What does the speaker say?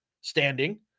standing